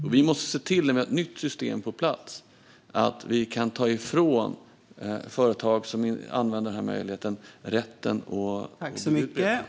När vi har ett nytt system på plats måste vi se till att vi kan ta ifrån de företag som använder den möjligheten rätten att bygga ut bredband.